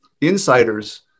insiders